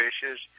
fishes